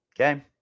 Okay